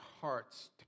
hearts